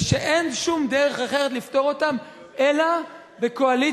ושאין שום דרך אחרת לפתור אותם אלא בקואליציה